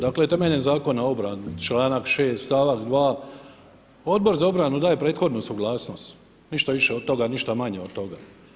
Dakle temeljem Zakona o obrani članak 6. stavak 2., Odbor za obranu daje prethodnu suglasnost, ništa više od toga, ništa manje od toga.